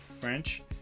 French